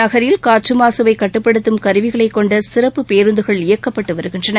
நகரில் காற்று மாசுவை கட்டுப்படுத்தும் கருவிகளை கொண்ட சிறப்பு பேருந்துகள் இயக்கப்பட்டு வருகின்றன